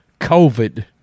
COVID